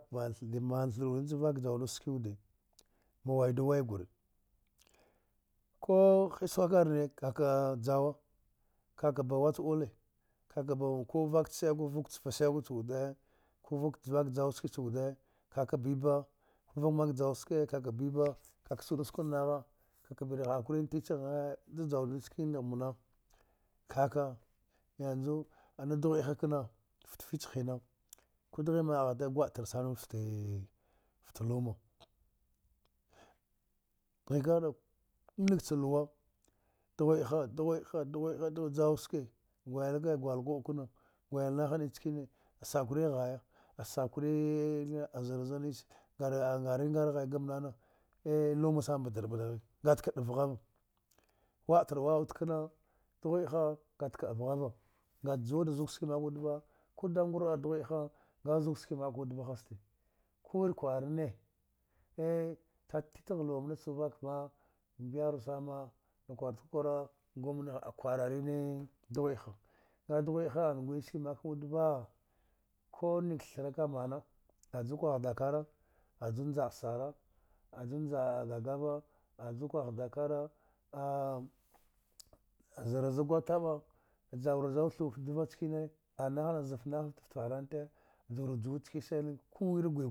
Da mna thiye ni ci vka juwda ski wuda, mm waya wayadu gwre ko hdiskrakra ne, ka ka juwa, ka ka ba worci dule, ka nka ce shago wuda, vku kha shago. Ka ka bi ba ka skwdu nagha, ka bri hakuri na titrine, da juwda ski na mna ka ka yanzu, a dughwede a kha kana tle fia hina, ku dighe mahate gwa tar wude hine, fte luma, dehaka ha ku mnake ce luwa dughwede ha dughwede ha dughwede ha juwa ski guli ka gwal kubie kana, gwal naha nickene a sakwara hiya, a ngre ngre haya gmanana a luma sana batra ba deghine, ata kda vagha va, wadthra wadawude kena, dughwede ata kda va, ajuwa da zugwa ski mka wude va ku dagwrda dughwedeha a zugwa ski m ka wudava, ista ko wiye kwarane titkwe ca luwa mna vka ma, yerwa sana ma kwara ti ku kwara, gwamman a kwara ri dughwedeha, dugwede ha ata gwaya ski mka wuda va, ku nke ce thire mna, dakara kwaha dakare a ju njda gagava aju njda shari, ju kwgha dakara, zra za gwa taba jura juwa thwe tte dwa ga naha za fte parati, jara juwa nickene sani ku wru